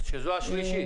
שזו השלישית.